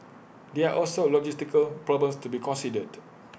there are also logistical problems to be considered